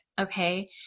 Okay